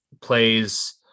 Plays